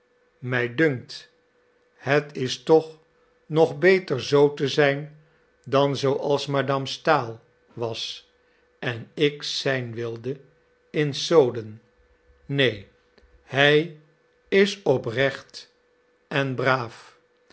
mij dunkt het is toch nog beter z te zijn dan zooals madame stahl was en ik zijn wilde in soden neen hij is oprecht en braaf